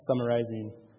summarizing